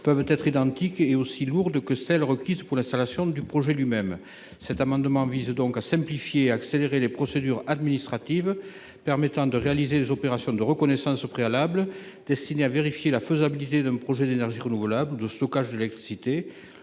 peuvent être identiques et aussi lourdes que celles requises pour l'installation du projet lui-même. Cet amendement vise donc à simplifier et accélérer les procédures administratives permettant de réaliser des opérations de reconnaissance préalable, destinées à vérifier la faisabilité d'un projet d'énergies renouvelables ou de stockage d'électricité,